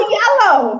yellow